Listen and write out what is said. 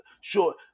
Sure